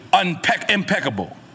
impeccable